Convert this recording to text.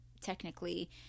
technically